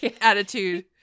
attitude